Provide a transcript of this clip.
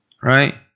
right